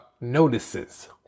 notices